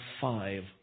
five